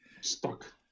stuck